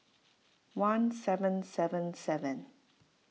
one seven seven seven